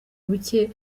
buke